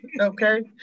okay